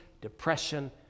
depression